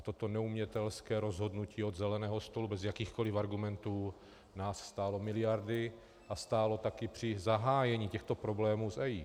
Toto neumětelské rozhodnutí od zeleného stolu bez jakýchkoli argumentů nás stálo miliardy a stálo taky při zahájení těchto problémů s EIA.